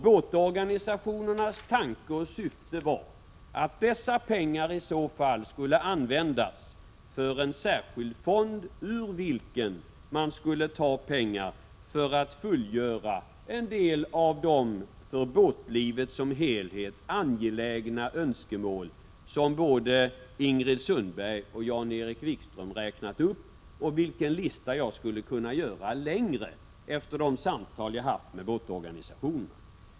Båtorganisationernas tanke och syfte var att dessa pengar i så fall skulle användas för en särskild fond, ur vilken man skulle ta pengar för att uppfylla en del av de för båtlivet som helhet angelägna önskemål som både Ingrid Sundberg och Jan-Erik Wikström räknat upp — vilken lista jag skulle kunna göra längre efter de samtal jag har haft med båtorganisationerna.